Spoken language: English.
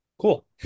cool